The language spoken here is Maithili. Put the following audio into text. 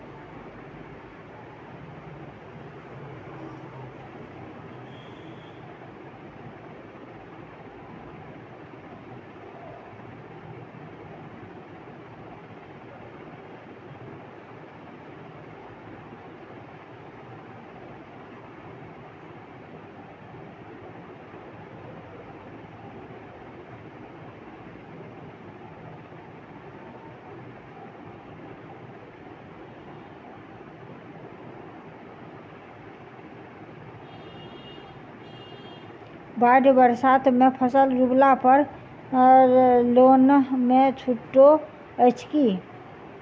बाढ़ि बरसातमे फसल डुबला पर लोनमे छुटो अछि की